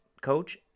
coach